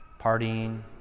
partying